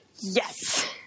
Yes